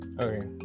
Okay